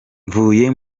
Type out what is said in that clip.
mvuye